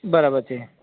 બરાબર છે